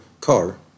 car